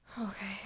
Okay